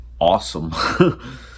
awesome